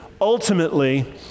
ultimately